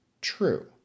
true